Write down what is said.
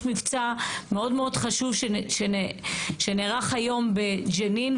מבצע מאוד מאוד חשוב שנערך היום בג'נין,